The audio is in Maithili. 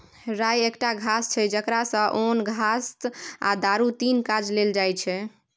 राइ एकटा घास छै जकरा सँ ओन, घाल आ दारु तीनु काज लेल जाइ छै